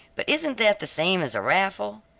but isn't that the same as a raffle?